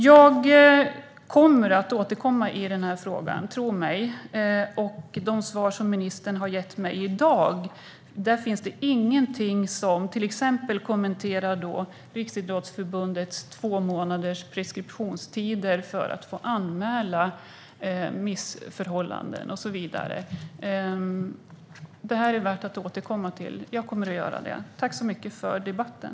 Jag kommer att återkomma i frågan, tro mig! I de svar som ministern har gett mig i dag finns det ingenting som kommenterar till exempel Riksidrottsförbundets preskriptionstid på två månader för att anmäla missförhållanden och så vidare. Detta är värt att återkomma till, och det kommer jag att göra. Tack för debatten!